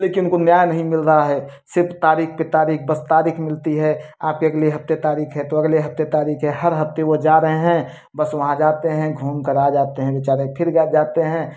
लेकिन उनको न्याय नहीं मिल रहा है सिर्फ तारीख पर तारीख बस तारीख मिलती है आपके अगले हफ्ते तारीख है तो अगले हफ्ते तारीख है हर हफ्ते वो जा रहे हैं बस वहाँ जाते हैं घूम कर आ जाते हैं बिचारे फिर जा जाते हैं